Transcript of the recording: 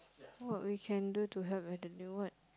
what we can do to help elderly what